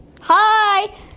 hi